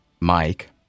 Mike